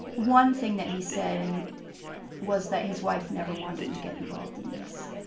one thing that he said and was that his wife never wanted him to get involved in this.